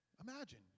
Imagine